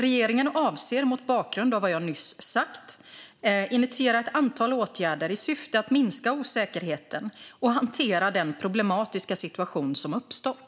Regeringen avser mot bakgrund av vad jag nyss sagt att initiera ett antal åtgärder i syfte att minska osäkerheten och hantera den problematiska situation som uppstått.